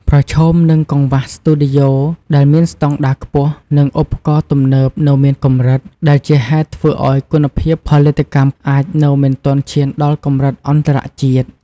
ប្រឈមនឹងកង្វះ ស្ទូឌីយោដែលមានស្តង់ដារខ្ពស់ និងឧបករណ៍ទំនើបនៅមានកម្រិត ដែលជាហេតុធ្វើឱ្យគុណភាពផលិតកម្មអាចនៅមិនទាន់ឈានដល់កម្រិតអន្តរជាតិ។